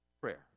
Prayer